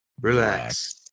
relax